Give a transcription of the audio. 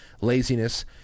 laziness